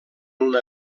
una